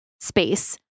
space